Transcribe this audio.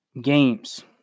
games